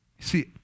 See